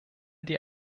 die